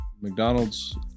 McDonald's